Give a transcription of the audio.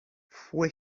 fue